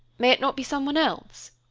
may it not be some one else?